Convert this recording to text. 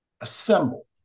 assemble